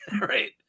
Right